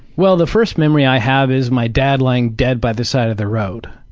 well the first memory i have is my dad laying dead by the side of the road.